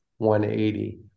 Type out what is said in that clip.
180